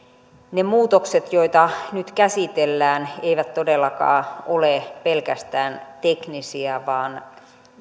ne muutokset joita nyt käsitellään eivät todellakaan ole pelkästään teknisiä vaan